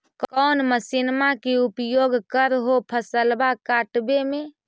कौन मसिंनमा के उपयोग कर हो फसलबा काटबे में?